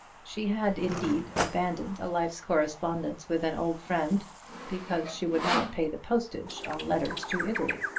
she had, indeed, abandoned a life's correspondence with an old friend because she would not pay the postage on letters to italy.